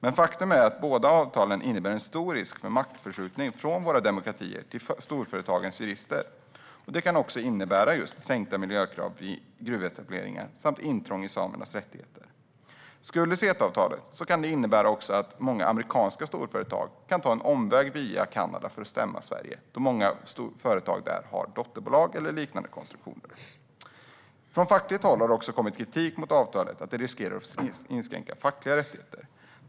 Men faktum är att båda avtalen innebär en stor risk för maktförskjutning från våra demokratier till storföretagens jurister. Det kan också innebära just sänkta miljökrav vid gruvetableringar samt intrång i samernas rättigheter. Skulle CETA-avtalet antas kan det även innebära att många amerikanska storföretag tar en omväg via Kanada för att stämma Sverige. Många företag har där dotterbolag eller liknande konstruktioner. Från fackligt håll har det kommit kritik mot avtalet när det gäller risken för att fackliga rättigheter inskränks.